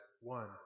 one